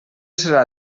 serà